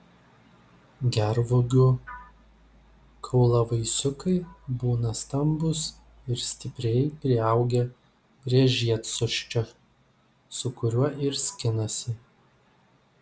gervuogių kaulavaisiukai būna stambūs ir stipriai priaugę prie žiedsosčio su kuriuo ir skinasi